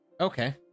Okay